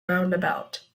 roundabout